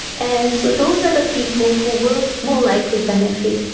and so those are the people who will more likely benefit.